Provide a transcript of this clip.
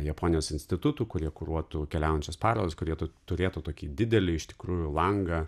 japonijos institutų kurie kuruotų keliaujančias parodas kurie turėtų tokį didelį iš tikrųjų langą